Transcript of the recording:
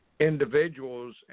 Individuals